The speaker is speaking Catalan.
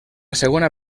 segona